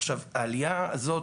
עכשיו, העלייה הזאת